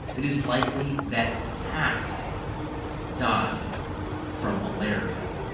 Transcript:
it is likely that half died from malaria.